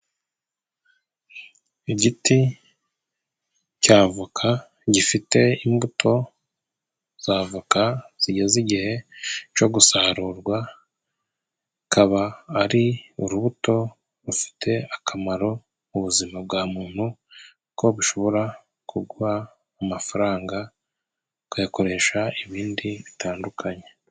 Igiti cy'avoka gifite imbuto z'avoka zigeze igihe co gusarurwa, ikaba ari urubuto rufite akamaro mu buzima bwa muntu ko bushobora kuguha amafaranga ukayakoresha ibindi bitandukanye.